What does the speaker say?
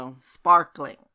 sparkling